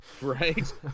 Right